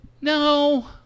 No